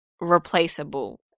replaceable